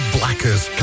Blackers